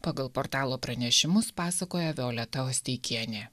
pagal portalo pranešimus pasakoja violeta osteikienė